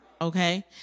okay